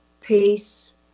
peace